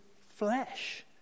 flesh